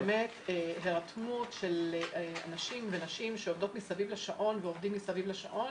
זה מצריך באמת הירתמות של אנשים ונשים שעובדים ועובדות מסביב לשעון